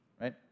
right